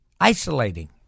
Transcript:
isolating